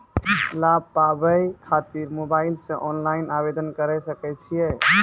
लाभ पाबय खातिर मोबाइल से ऑनलाइन आवेदन करें सकय छियै?